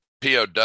pow